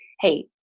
Hey